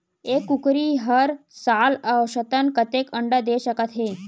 एक कुकरी हर साल औसतन कतेक अंडा दे सकत हे?